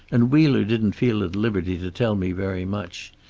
and wheeler didn't feel at liberty to tell me very much.